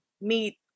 meet